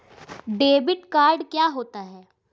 Debit card क्या होता है?